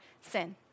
sin